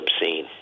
obscene